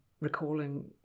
recalling